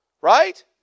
Right